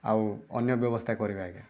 ଆଉ ଅନ୍ୟ ବ୍ୟବସ୍ଥା କରିବି ଆଜ୍ଞା